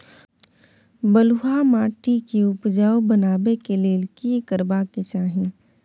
बालुहा माटी के उपजाउ बनाबै के लेल की करबा के चाही?